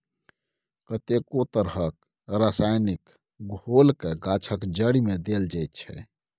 कतेको तरहक रसायनक घोलकेँ गाछक जड़िमे देल जाइत छै